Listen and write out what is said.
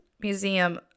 Museum